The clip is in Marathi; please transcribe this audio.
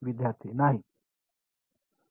विद्यार्थी नाही